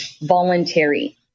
voluntary